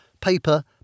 paper